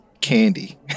candy